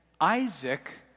Isaac